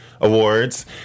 Awards